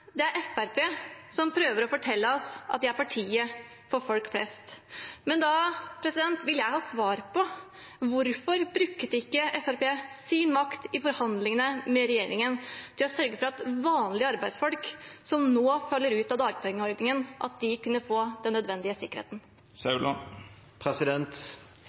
Det er Fremskrittspartiet som prøver å fortelle oss at de er partiet for folk flest. Men da vil jeg ha svar på: Hvorfor brukte ikke Fremskrittspartiet sin makt i forhandlingene med regjeringen til å sørge for at vanlige arbeidsfolk som nå faller ut av dagpengeordningen, kunne få den nødvendige